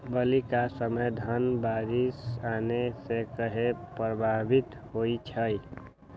बली क समय धन बारिस आने से कहे पभवित होई छई?